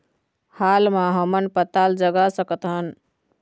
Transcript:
हाल मा हमन पताल जगा सकतहन?